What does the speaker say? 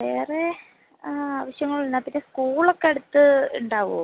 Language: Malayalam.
വേറെ ആ ആവശ്യങ്ങളെന്താണ് പിന്നെ സ്കൂളൊക്കെ അടുത്തുണ്ടാകുമോ